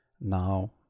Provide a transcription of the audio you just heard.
now